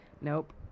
Nope